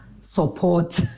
support